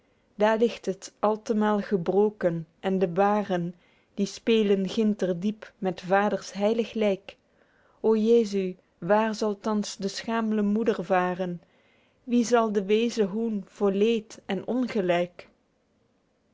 daer ligt het al te mael gebroken en de baren die spelen ginter diep met vaders heilig lyk o jesu waer zal thans de schaemle moeder varen wie zal de weeze hoên voor leed en ongelyk